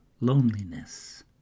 loneliness